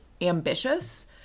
ambitious